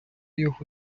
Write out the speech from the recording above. його